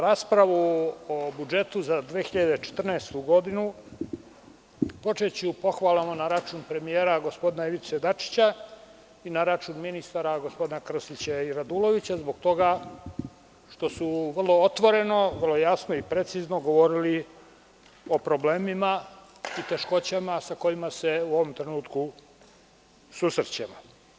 Raspravu o budžetu za 2014. godinu počeću pohvalama na račun premijera gospodina Ivice Dačića i na račun ministara, gospodina Krstića i Radulovića, zbog toga što su vrlo otvoreno, vrlo jasno i precizno govorili o problemima i teškoćama sa kojima se u ovom trenutku susrećemo.